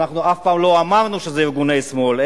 אף פעם לא אמרנו שאלה ארגוני שמאל,